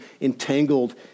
entangled